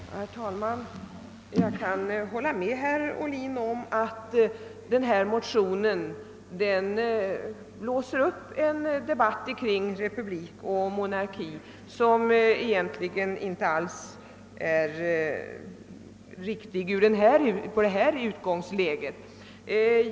Herr talman! Jag kan hålla med herr Ohlin om att denna motion blåser upp en debatt kring republik och monarki som egentligen inte alls är riktig från detta utgångsläge.